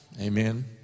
amen